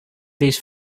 these